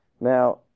Now